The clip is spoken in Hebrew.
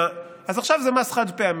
אז עכשיו זה מס חד-פעמי.